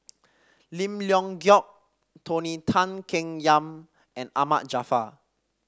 Lim Leong Geok Tony Tan Keng Yam and Ahmad Jaafar